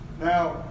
now